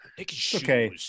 Okay